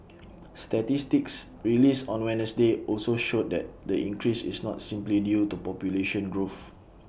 statistics released on Wednesday also showed that the increase is not simply due to population growth